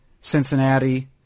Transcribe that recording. Cincinnati